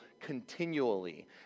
continually